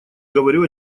говорю